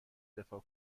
دفاع